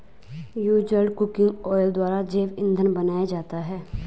used cooking oil द्वारा जैव इंधन बनाया जाता है